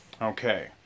Okay